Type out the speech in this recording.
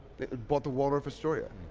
bought the waldorf astoria.